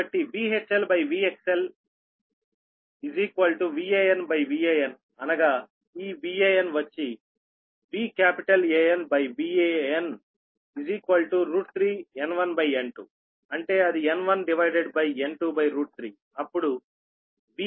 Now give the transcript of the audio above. కాబట్టి VHLVXL VHLVXLVAnVanఅనగా ఈ VAn వచ్చి VAnVan 3 N1N2 అంటే అది N1డివైడెడ్ బై N23 అప్పుడు VAn Van N1 N23